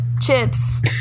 chips